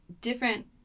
different